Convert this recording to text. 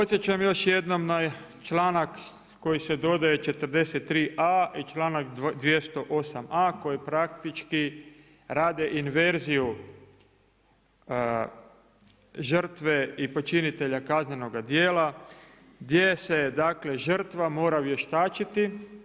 Podsjećam još jednom na članak koji se dodaje 43.a i članak 208.a koji praktički rade inverziju žrtve i počinitelja kaznenoga djela gdje se dakle žrtva mora vještačiti.